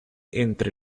entre